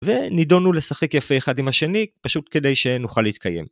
ו...נידונו לשחק יפה אחד עם השני, פשוט כדי שנוכל להתקיים.